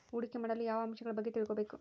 ಹೂಡಿಕೆ ಮಾಡಲು ಯಾವ ಅಂಶಗಳ ಬಗ್ಗೆ ತಿಳ್ಕೊಬೇಕು?